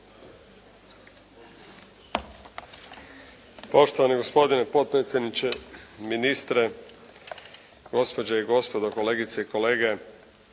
Poštovani gospodine potpredsjedniče, ministre, gospođe i gospodo, kolegice i kolege